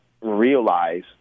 realize